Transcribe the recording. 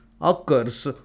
occurs